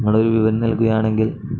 നമ്മൾ ഒരു വിവരം നൽകുകയാണെങ്കിൽ